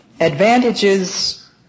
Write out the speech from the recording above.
advantages